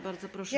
Bardzo proszę.